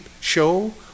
show